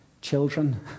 children